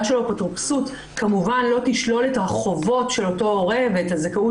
של אפוטרופסות כמובן לא תשלול את החובות של אותו הורה ואת הזכאות